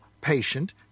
patient